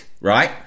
right